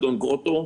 אדון גרוטו,